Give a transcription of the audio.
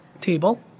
table